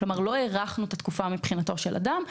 כלומר לא הארכנו את התקופה מבחינתו של אדם,